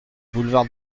boulevard